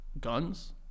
guns